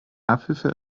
abhilfe